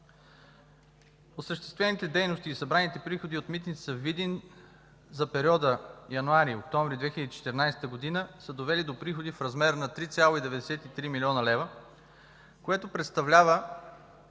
осъществените дейности и събраните приходи от Митница Видин за периода януари – октомври 2014 г. са довели до приходи в размер на 3,93 млн. лв., което представлява